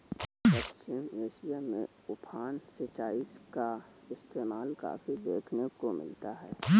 पश्चिम Asia में उफान सिंचाई का इस्तेमाल काफी देखने को मिलता है